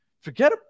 Forget